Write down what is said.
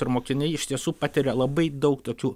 ir mokiniai iš tiesų patiria labai daug tokių